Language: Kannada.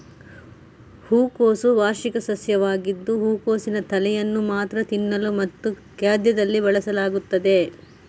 ಹೂಕೋಸು ವಾರ್ಷಿಕ ಸಸ್ಯವಾಗಿದ್ದು ಹೂಕೋಸಿನ ತಲೆಯನ್ನು ಮಾತ್ರ ತಿನ್ನಲು ಮತ್ತು ಖಾದ್ಯದಲ್ಲಿ ಬಳಸಲಾಗುತ್ತದೆ